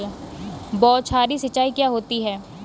बौछारी सिंचाई क्या होती है?